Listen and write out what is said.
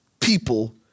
people